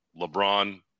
LeBron